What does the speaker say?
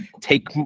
take